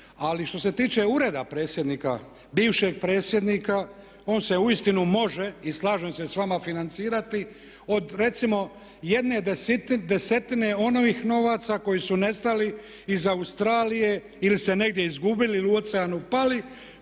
Ali što se tiče Ureda predsjednika, bivšeg predsjednika on se uistinu može i slažem se s vama financirati od recimo jedne desetine onih novaca koji su nestali iz Australije ili se negdje izgubili ili u oceanu pali,